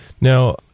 now